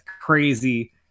crazy